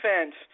defense